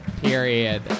period